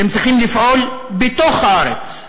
אתם צריכים לפעול בתוך הארץ.